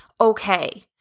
okay